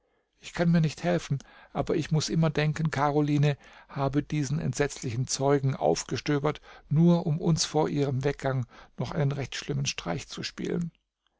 ich kann mir nicht helfen aber ich muß immer denken karoline habe diesen entsetzlichen zeugen aufgestöbert nur um uns vor ihrem weggang noch einen recht schlimmen streich zu spielen